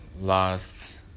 last